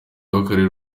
w’akarere